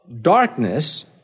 darkness